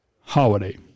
holiday